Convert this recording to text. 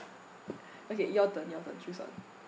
okay your turn your turn choose one